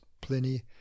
pliny